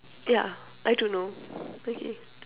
ya I don't know okay